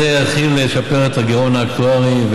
זה יתחיל לשפר את הגירעון האקטוארי.